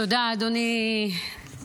תודה, אדוני היושב-ראש.